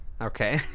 Okay